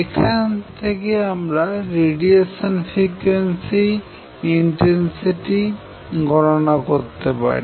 এখান থেকে আমরা রেডিয়েশন ফ্রিকোয়েন্সি ইনটেনসিটি গণনা করতে পারি